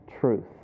truth